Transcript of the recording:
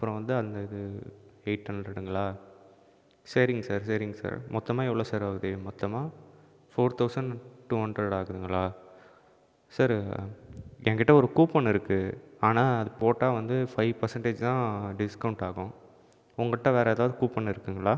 அப்புறம் வந்து அந்த இது எயிட் ஹண்ட்ரடுங்களா சரிங் சார் சரிங் மொத்தமாக எவ்வளோ சார் ஆகுது மொத்தமாக ஃபோர் தவுசண் டூ ஹண்ட்ரடாகுதுங்களா சார்ரு எங்கிட்ட ஒரு கூப்பன்னுயிருக்குது ஆனால் போட்டால் வந்து ஃபைவ் பர்சண்ட்டேஜி தான் டிஸ்கோவுண்டாகும் உங்கிட்ட வேறு ஏதாவது கூப்பன் இருக்குதுங்களா